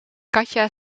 katja